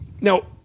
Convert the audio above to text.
now